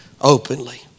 openly